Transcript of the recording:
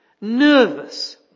nervous